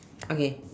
okay